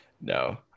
No